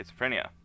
schizophrenia